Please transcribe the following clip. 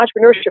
entrepreneurship